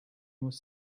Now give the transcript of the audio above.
was